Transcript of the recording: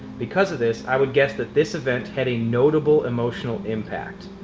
because of this i would guess that this event had a notable emotional impact.